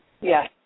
Yes